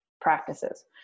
practices